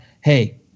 hey